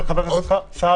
לחבר הכנסת סעדי.